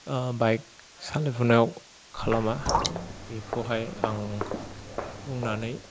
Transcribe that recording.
bike सालायफुनायाव खालामा बेखौहाय आं बुंनानै